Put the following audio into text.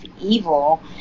evil